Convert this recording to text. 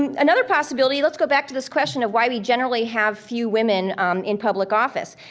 and another possibility, let's go back to this question of why we generally have few women in public office.